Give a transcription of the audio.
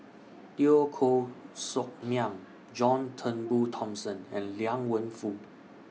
Teo Koh Sock Miang John Turnbull Thomson and Liang Wenfu